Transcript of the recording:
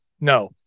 No